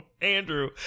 Andrew